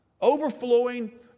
Overflowing